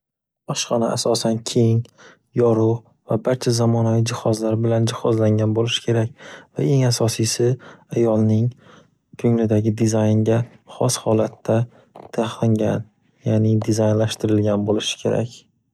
Oshxona asosan keng, yoruq va barcha zamonaviy jihozlar bilan jihozlangan bo'lishi kerak va eng asosiysi ayolning ko'nglidagi dizaynga xos holatda taxlangan, yaʼni dizaynlashtirilgan bo'lishi kerak.